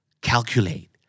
Calculate